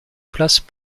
place